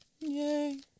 Yay